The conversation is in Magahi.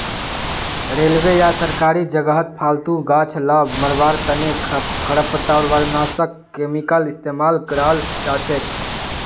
रेलवे या सरकारी जगहत फालतू गाछ ला मरवार तने खरपतवारनाशक केमिकल इस्तेमाल कराल जाछेक